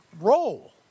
role